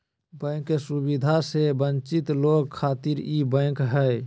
bank के सुविधा से वंचित लोग खातिर ई बैंक हय